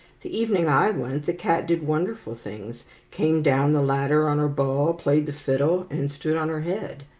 the evening i went, that cat did wonderful things came down the ladder on her ball, played the fiddle, and stood on her head.